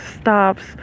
stops